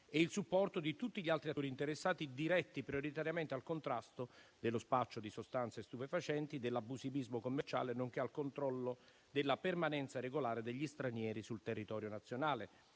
e il supporto di tutti gli altri attori interessati, diretti prioritariamente al contrasto dello spaccio di sostanze stupefacenti, dell'abusivismo commerciale, nonché al controllo della permanenza regolare degli stranieri sul territorio nazionale.